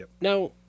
Now